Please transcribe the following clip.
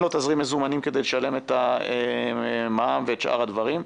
אין לו תזרים מזומנים כדי לשלם את המע"מ ואת שאר הדברים.